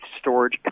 storage